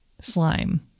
slime